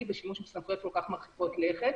בשימוש בסמכויות כל כך מרחיקות לכת.